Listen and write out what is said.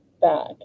back